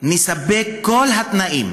שנספק את כל התנאים